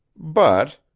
but,